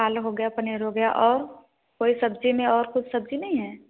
आलू हो गया पनीर हो गया और कोई सब्ज़ी में और कुछ सब्ज़ी नहीं है